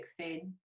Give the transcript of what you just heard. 2016